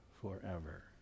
forever